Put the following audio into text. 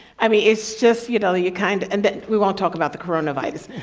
i mean, it's just you know, you kind of and but we won't talk about the coronavirus.